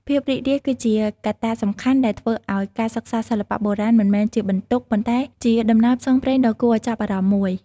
ភាពរីករាយគឺជាកត្តាសំខាន់ដែលធ្វើឱ្យការសិក្សាសិល្បៈបុរាណមិនមែនជាបន្ទុក ប៉ុន្តែជាដំណើរផ្សងព្រេងដ៏គួរឱ្យចាប់អារម្មណ៍មួយ។